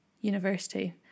university